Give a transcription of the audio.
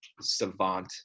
savant